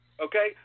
Okay